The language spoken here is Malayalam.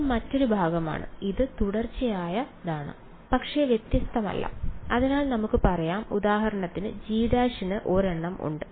ഇത് മറ്റൊരു ഭാഗമാണ് ഇത് തുടർച്ചയായതാണ് പക്ഷേ വ്യത്യസ്തമല്ല അതിനാൽ നമുക്ക് പറയാം ഉദാഹരണത്തിന് G′ ന് ഒരെണ്ണം ഉണ്ട്